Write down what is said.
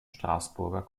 straßburger